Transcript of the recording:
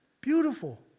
Beautiful